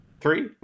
Three